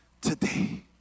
today